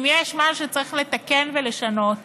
אם יש מה שצריך לתקן ולשנות